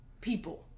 people